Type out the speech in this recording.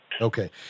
Okay